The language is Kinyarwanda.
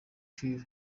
kiir